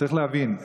צריך להבין,